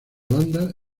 banda